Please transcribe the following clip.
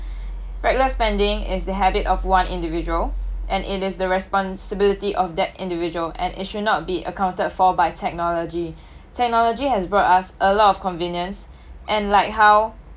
regular spending is the habit of one individual and it is the responsibility of that individual and it should not be accounted for by technology technology has brought us a lot of convenience and like how